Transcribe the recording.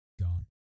Gone